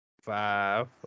five